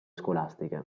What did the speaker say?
scolastiche